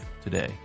today